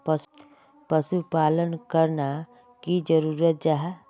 पशुपालन करना की जरूरी जाहा?